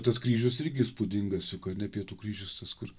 tas kryžius irgi įspūdingas juk ane pietų kryžius tas kur